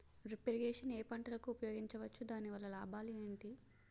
Drip irrigation ఏ పంటలకు ఉపయోగించవచ్చు? దాని వల్ల లాభాలు ఏంటి?